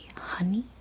honey